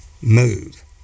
move